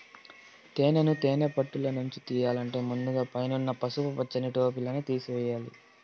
తేనెను తేనె పెట్టలనుంచి తియ్యల్లంటే ముందుగ పైన ఉన్న పసుపు పచ్చని టోపిని తేసివేయల్ల